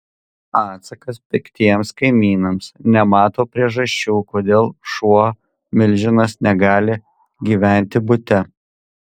atsakas piktiems kaimynams nemato priežasčių kodėl šuo milžinas negali gyventi bute